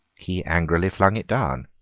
he angrily flung it down.